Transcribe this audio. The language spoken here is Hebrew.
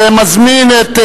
ומזמין את